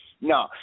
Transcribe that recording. No